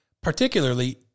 Particularly